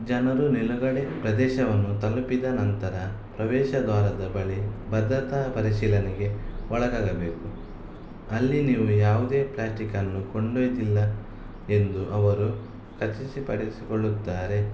ಜನರು ನಿಲುಗಡೆ ಪ್ರದೇಶವನ್ನು ತಲುಪಿದ ನಂತರ ಪ್ರವೇಶ ದ್ವಾರದ ಬಳಿ ಭದ್ರತಾ ಪರಿಶೀಲನೆಗೆ ಒಳಗಾಗಬೇಕು ಅಲ್ಲಿ ನೀವು ಯಾವುದೇ ಪ್ಲಾಸ್ಟಿಕನ್ನು ಕೊಂಡೊಯ್ದಿಲ್ಲ ಎಂದು ಅವರು ಖಚಿಸಿಪಡಿಸಿಕೊಳ್ಳುತ್ತಾರೆ